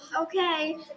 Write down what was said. Okay